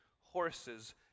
horses